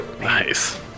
Nice